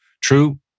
True